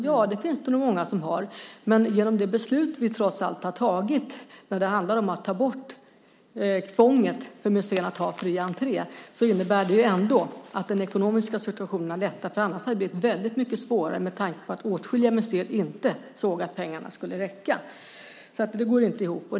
Ja, det finns det nog många som har, men det beslut vi tagit, som handlar om att ta bort tvånget för museerna att ha fri entré, innebär att den ekonomiska situationen lättar. I annat fall hade det blivit väldigt mycket svårare med tanke på att åtskilliga museer såg att pengarna inte skulle räcka. Det hela gick inte ihop.